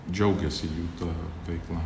džiaugiasi jų ta veikla